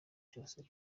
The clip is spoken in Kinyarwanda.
cyose